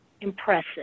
impressive